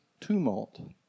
tumult